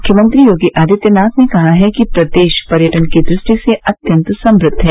मुख्यमंत्री योगी आदित्यनाथ ने कहा है कि प्रदेश पर्यटन की दृष्टि से अत्यंत समृद्व है